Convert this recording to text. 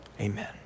Amen